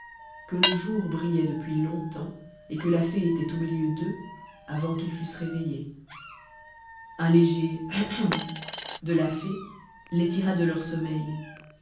que le jour brillait depuis longtemps et que la fée était au milieu d'eux avant qu'ils fussent réveillés un léger hem hem de la fée les tira de leur sommeil